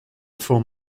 form